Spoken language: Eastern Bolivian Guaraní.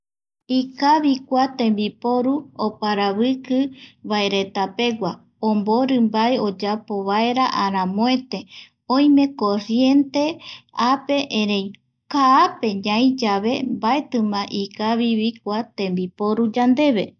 Ikavi kua tembiporu oparaviki vaeretapegua ombori mbae oyapo vaera aranoete… oime corrienteape, erei kaape ñai yave mbaetima ikavivi yaiporu yandeve.